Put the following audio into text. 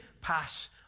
pass